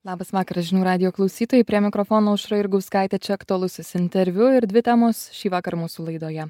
labas vakaras žinių radijo klausytojai prie mikrofono aušra jurgauskaitė čia aktualusis interviu ir dvi temos šįvakar mūsų laidoje